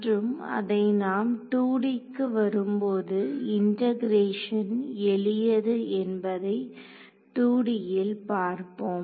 மற்றும் அதை நாம் 2D க்கு வரும்போது இண்டெகரேஷன் எளியது என்பதை 2D ல் பார்ப்போம்